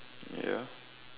ya